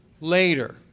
later